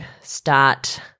start –